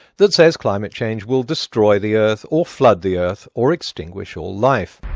that says climate change will destroy the earth or flood the earth or extinguish all life.